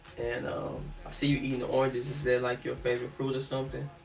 and um, i see you eating the oranges. is that like your favorite fruit or something?